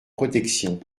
protection